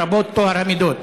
לרבות טוהר המידות.